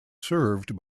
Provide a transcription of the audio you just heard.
served